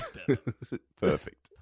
Perfect